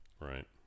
Right